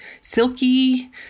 silky